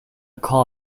call